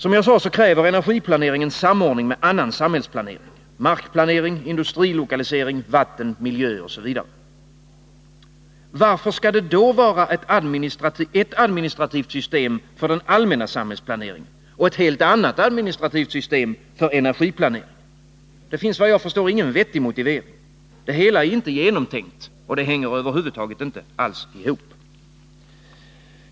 Som jag sade kräver energiplaneringen samordning med annan samhällsplanering — markplanering, industrilokalisering, vattenoch miljöplanering. Varför skall det då vara ett administrativt system för den allmänna samhällsplaneringen och ett helt annat för energiplaneringen? Det finns ingen vettig motivering. Det hela är inte genomtänkt. Det hänger över huvud taget inte alls ihop.